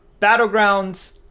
Battlegrounds